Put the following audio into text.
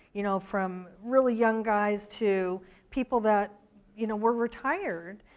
you know from really young guys to people that you know were retired,